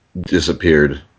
disappeared